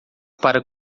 para